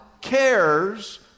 cares